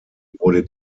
wurde